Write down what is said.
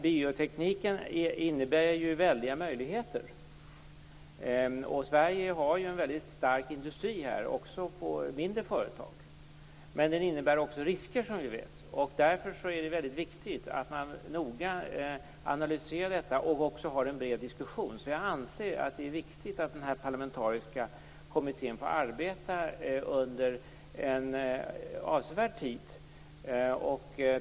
Biotekniken innebär väldiga möjligheter. Sverige har här en mycket stark industri. Det gäller även mindre företag. Men biotekniken innebär ju också risker. Därför är det viktigt att noga analysera detta och att ha en bred diskussion. Jag anser således att det är viktigt att den parlamentariska kommittén får arbeta under en avsevärd tid.